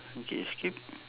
okay skip